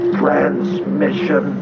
transmission